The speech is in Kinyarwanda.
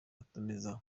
atumiza